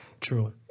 True